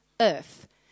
earth